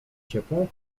ciepłą